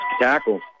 tackle